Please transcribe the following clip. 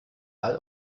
all